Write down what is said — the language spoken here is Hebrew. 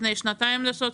לפני שנתיים.